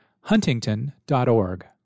huntington.org